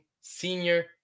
senior